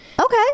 Okay